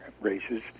races